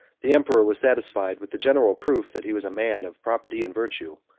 the emperor was satisfied with the general proof that he was a man of property and virtue.